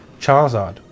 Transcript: Charizard